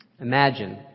Imagine